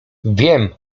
wiem